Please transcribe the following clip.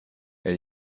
elle